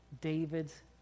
David's